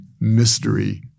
mystery